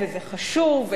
וזה חשוב,